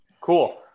Cool